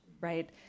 right